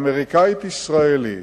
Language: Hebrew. אמריקנית-ישראלית,